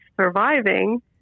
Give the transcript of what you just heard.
surviving